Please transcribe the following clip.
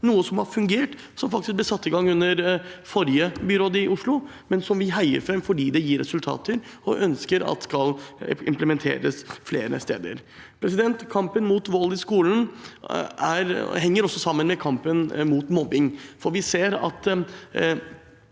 noe som har fungert, og som faktisk ble satt i gang under forrige byråd i Oslo, men som vi heier fram, fordi det gir resultater. Vi ønsker at det skal implementeres flere steder. Kampen mot vold i skolen henger også sammen med kampen mot mobbing,